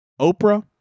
Oprah